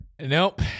Nope